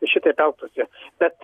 šitaip elgtųsi bet